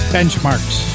Benchmarks